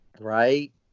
Right